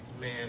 man